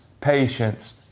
patience